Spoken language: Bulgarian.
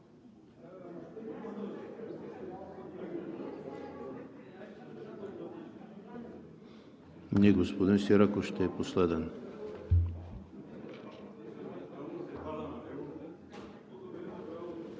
а господин Сираков ще е последен.